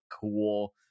cool